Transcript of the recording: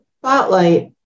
spotlight